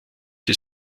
die